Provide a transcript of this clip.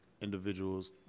individuals